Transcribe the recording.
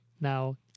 now